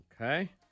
Okay